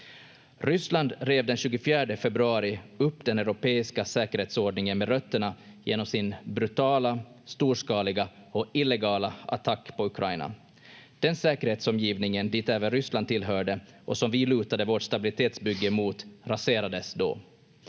Ryssland rev den 24 februari upp den europeiska säkerhetsordningen med rötterna genom sin brutala, storskaliga och illegala attack på Ukraina. Den säkerhetsomgivning dit även Ryssland tillhörde, och som vi lutade vårt stabilitetsbygge mot, raserades då.